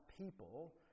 people